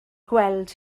gweld